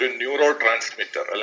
neurotransmitter